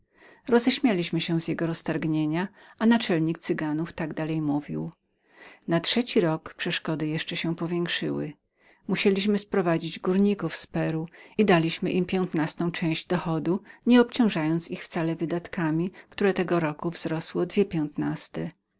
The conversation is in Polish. rozśmieliśmy się z jego roztargnienia i naczelnik cyganów tak dalej mówił na trzeci rok przeszkody jeszcze się powiększyły musieliśmy sprowadzić górników z peru i daliśmy im piętnastą część przychodu nie przypuszczając ich wcale do wydatków które tego roku wzrosły o dwie piętnaste